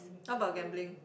how about gambling